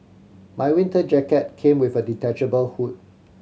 my winter jacket came with a detachable hood